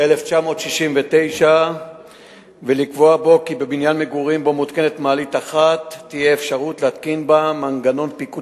כדי שרוב הדיירים, בהסכמתם, המעלית תוכל לפעול